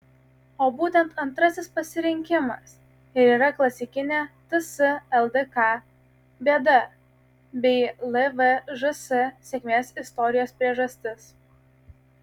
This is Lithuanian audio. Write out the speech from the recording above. o būtent antrasis pasirinkimas ir yra klasikinė ts lkd bėda bei lvžs sėkmės istorijos priežastis